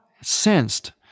sensed